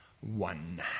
One